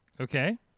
Okay